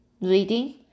reading